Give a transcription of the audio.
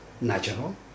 natural